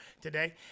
today